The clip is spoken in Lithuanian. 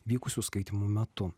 vykusių skaitymų metu